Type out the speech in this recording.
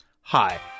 Hi